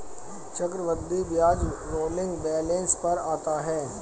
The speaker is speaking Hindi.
चक्रवृद्धि ब्याज रोलिंग बैलन्स पर आता है